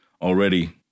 already